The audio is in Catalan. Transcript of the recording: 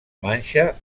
manxa